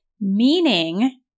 meaning